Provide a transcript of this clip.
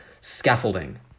scaffolding